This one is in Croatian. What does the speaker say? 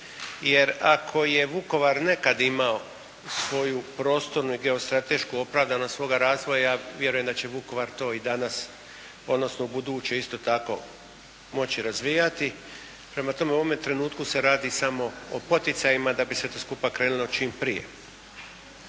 jer ako je Vukovar nekad imao svoju prostornu i geostratešku opravdanost svoga razvoja vjerujem da će Vukovar to i danas odnosno ubuduće isto tako moći razvijati. Prema tome u ovome trenutku se radi samo o poticajima da bi sve to skupa krenulo čim prije.